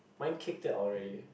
my kick that all really